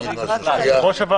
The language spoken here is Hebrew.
כנסת.